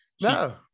No